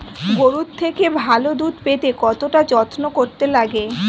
গরুর থেকে ভালো দুধ পেতে কতটা যত্ন করতে লাগে